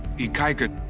ikaika,